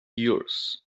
yours